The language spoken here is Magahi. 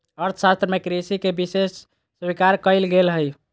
अर्थशास्त्र में कृषि के विशेष स्वीकार कइल गेल हइ